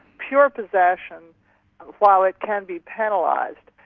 pure possession while it can be penalised,